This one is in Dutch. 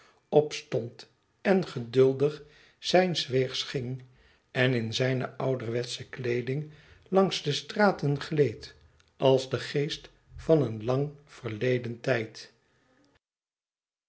opstond en geduldig zijns weegs ging en in zijne ouderwetsche kleeding langs de straten gleed als de geest van een lang verleden tijd